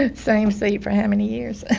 ah same seat for how many years?